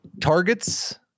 targets